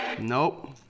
Nope